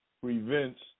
prevents